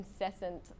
incessant